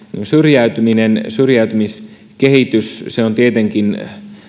syrjäytymiskehitys syrjäytymiskehitys on tietenkin